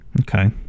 Okay